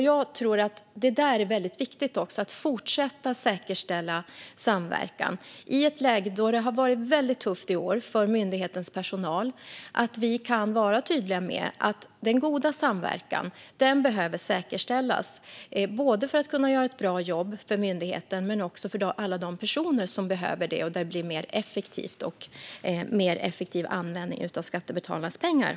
Jag tror att det är viktigt att fortsätta säkerställa samverkan och att vi, i ett läge som nu då det har varit väldigt tufft för myndighetens personal, kan vara tydliga med att den goda samverkan behöver säkerställas - både för att myndigheten ska kunna göra ett bra jobb och för alla de personer som behöver det. Då blir det mer effektivt och en mer effektiv användning av skattebetalarnas pengar.